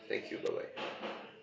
thank you bye bye